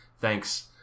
Thanks